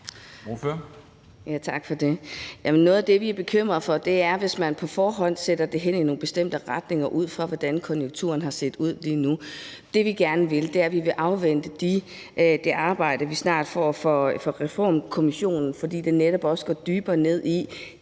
Noget af det, som vi er bekymrede for, er, hvis man på forhånd sætter det hen i nogle bestemte retninger ud fra, hvordan konjunkturen har set ud lige nu. Det, som vi gerne vil, er, at vi vil afvente det arbejde, vi snart får fra Reformkommissionen, fordi det netop også går længere ned i